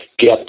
get